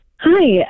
Hi